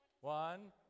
One